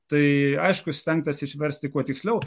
tai aišku stengtasi išversti kuo tiksliau